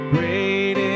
Great